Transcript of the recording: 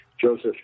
Joseph